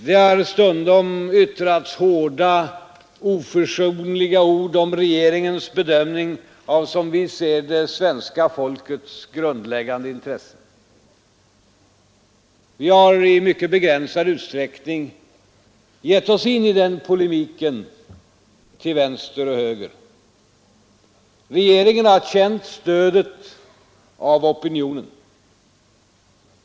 Det har stundom yttrats hårda, oförsonliga ord om regeringens bedömning av, som vi ser det, svenska folkets grundläggande intressen. Vi har i mycket begränsad utsträckning gett oss in i den polemiken till vänster och höger. Regeringen har känt stödet av opinionen.